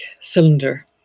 cylinder